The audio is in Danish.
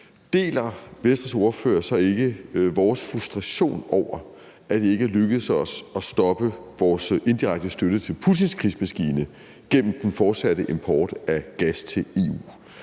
deler Venstres ordfører så ikke vores frustration over, at det ikke er lykkedes os at stoppe vores indirekte støtte til Putins krigsmaskine gennem den fortsatte import af gas til EU?